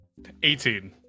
18